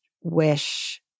wish